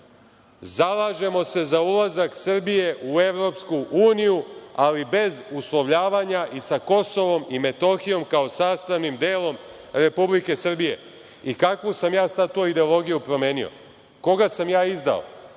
zalažemo se za ulazak Srbije u EU, ali bez uslovljavanja i sa Kosovom i Metohijom kao sastavnim delom Republike Srbije. Kakvu sam ja sad to ideologiju promenio? Koga sam ja izdao?